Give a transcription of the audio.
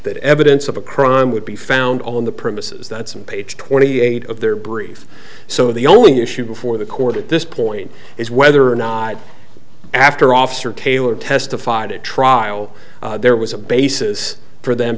that evidence of a crime would be found on the premises that some page twenty eight of their brief so the only issue before the court at this point is whether or not after officer taylor testified at trial there was a basis for them